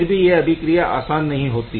फिर भी यह अभिक्रिया आसान नहीं होती